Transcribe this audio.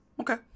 Okay